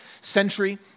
century